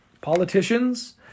Politicians